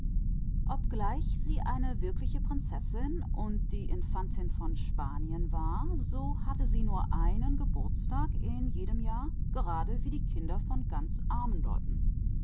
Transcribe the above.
obgleich sie eine wirkliche prinzessin war und infantin von spanien hatte sie doch jedes jahr nur einen geburtstag gerade wie die kinder von ganz armen leuten